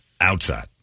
outside